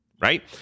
right